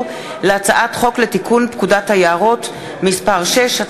להצעת חוק לתיקון פקודת היערות (מס' 6),